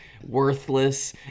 Worthless